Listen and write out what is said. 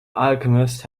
alchemist